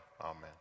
Amen